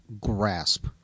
grasp